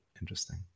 interesting